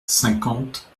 cinquante